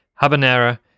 Habanera